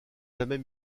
jamais